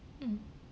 mm